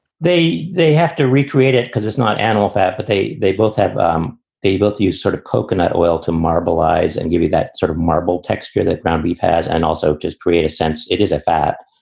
they they have to recreate it because it's not animal fat. but they they both have um they both use sort of coconut oil to marbleized and give you that sort of marble texture that ground beef has and also just create a sense it is a fat,